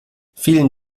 vielen